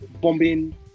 bombing